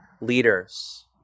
leaders